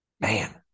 Man